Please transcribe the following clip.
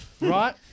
Right